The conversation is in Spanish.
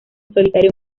solitario